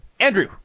Andrew